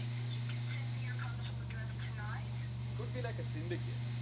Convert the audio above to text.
you think you can send me your postal address tonight? it could be like a syndicate.